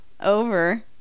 over